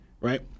right